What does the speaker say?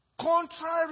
Contrary